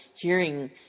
hearing